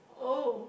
oh